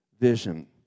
vision